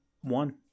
One